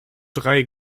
drei